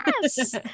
Yes